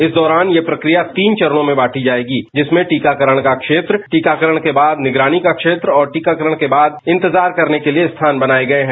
इस दौरान यह प्रक्रिया तीन चरणों में बांटी जाएगी जिसमें टीकाकरण का क्षेत्र टीकाकरण के बाद निगरानी का क्षेत्र और टीकाकरण के बाद इंतजार करने के लिए स्थान बनाए गए हैं